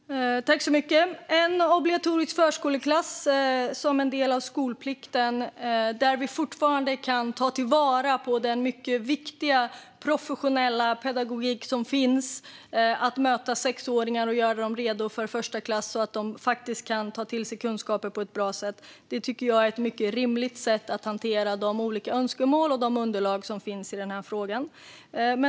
Fru talman! Vi har nu en obligatorisk förskoleklass som en del av skolplikten. Där kan vi fortfarande tillvarata den mycket viktiga och professionella pedagogik som finns där man möter sexåringarna och gör dem redo för första klass så att de kan ta till sig kunskap på ett bra sätt. Jag tycker att detta är ett rimligt sätt att hantera de olika önskemål och underlag som finns i frågan.